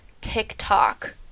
tiktok